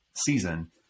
season